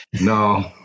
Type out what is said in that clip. No